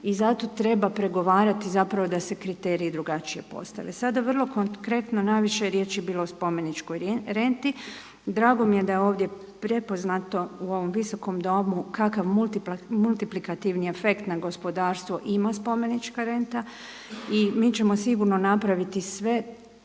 I zato treba pregovarati zapravo da se kriteriji drugačije postave. Sada vrlo konkretno najviše je riječi bilo o spomeničkoj renti, drago mi je da je ovdje prepoznato u ovom Visokom domu kakav multiplikativni afekt na gospodarstvo ima spomenička renta i mi ćemo sigurno napraviti sve